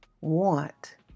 want